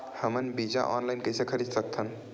हमन बीजा ऑनलाइन कइसे खरीद सकथन?